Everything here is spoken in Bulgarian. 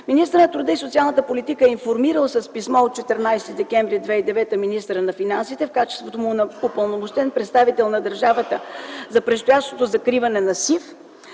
„Министърът на труда и социалната политика е информирал с писмо от 14 декември 2009 г. министъра на финансите в качеството му на упълномощен представител на държавата за предстоящото закриване на СИФ.